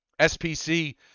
SPC